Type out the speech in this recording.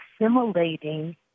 assimilating